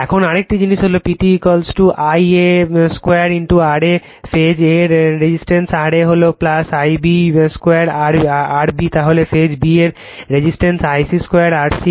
এখন আরেকটি জিনিস হল PT I a2 RA phase a এর রেজিস্ট্যান্স RA হল I b 2 RB তাহলে ফেজ b এর resistance I c 2 R C